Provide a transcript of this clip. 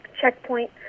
checkpoint